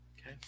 Okay